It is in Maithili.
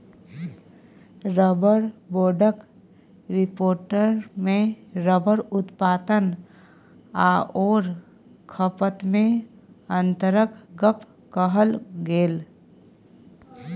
रबर बोर्डक रिपोर्टमे रबर उत्पादन आओर खपतमे अन्तरक गप कहल गेल